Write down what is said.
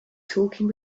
talking